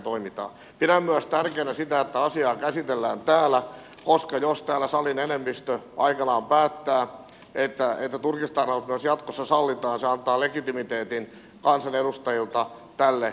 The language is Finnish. pidän myös tärkeänä sitä että asiaa käsitellään täällä koska jos täällä salin enemmistö aikanaan päättää että turkistarhaus myös jatkossa sallitaan se antaa legitimiteetin kansanedustajilta tälle elinkeinolle